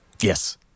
Yes